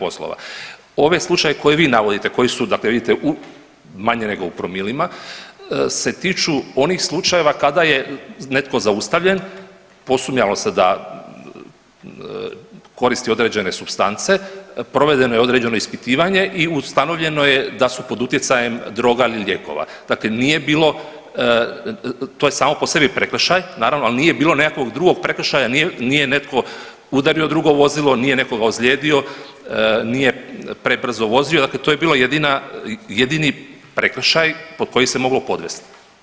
Ovaj slučaj koji vi navodite koji su dakle vidite, manje nego u promilima se tiču onih slučajeva kada je netko zaustavljen, posumnjalo se da koristi određene supstance, provedeno je određeno ispitivanje i ustanovljeno je da su pod utjecajem droga ili lijekova, dakle nije bilo, to je samo po sebi prekršaj, ali nije bilo nekakvog drugog prekršaja, nije netko udario drugo vozilo, nije nekoga ozlijedio, nije prebrzo vozio, dakle to je bilo jedina, jedini prekršaj pod koji se moglo podvesti.